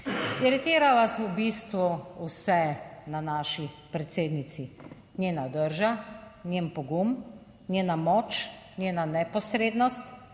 Iritira vas v bistvu vse na naši predsednici: njena drža, njen pogum, njena moč, njena neposrednost,